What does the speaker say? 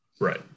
Right